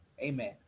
Amen